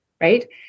right